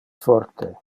forte